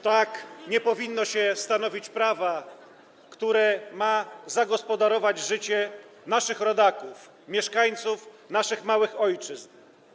Tak nie powinno się stanowić prawa, które ma zagospodarować życie naszych rodaków, mieszkańców naszych małych ojczyzn.